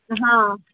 ہاں